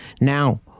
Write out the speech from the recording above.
Now